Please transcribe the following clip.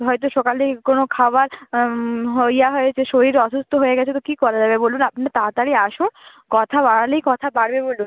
হয়তো সকাল থেকে কোনো খাবার হো ইয়া হয়েছে শরীর অসুস্থ হয়ে গেছে তো কী করা যাবে বলুন আপনারা তাড়াতাড়ি আসুন কথা বাড়ালেই কথা বাড়বে বলুন না